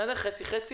חצי-חצי,